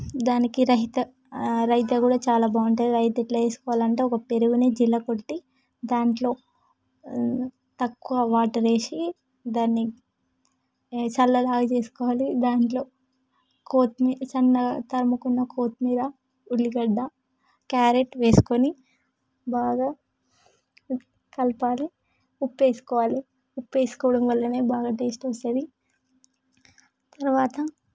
దానికి రహిత రైత కూడా చాలా బాగుంటుంది రైత ఎలా చేసుకోవాలంటే ఒక పెరుగుని జీలకొట్టి దానిలో తక్కువ వాటర్ వేసి దానిని ఏషాలలాగా చేసుకోవాలి దానిలో కొత్తిమీర సన్నగా తరుముకున్న కొత్తిమీర ఉల్లిగడ్డ క్యారెట్ వేసుకొని బాగా కలపాలి ఉప్పు వేసుకోవాలి ఉప్పు వేసుకోవడం వలనే బాగా టేస్ట్ వస్తుంది తరువాత